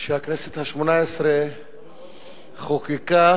שהכנסת השמונה-עשרה חוקקה